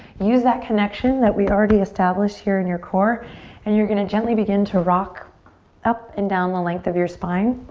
use that connection that we've already established here in your core and you're going to gently begin to rock up and down the length of your spine.